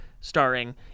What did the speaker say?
starring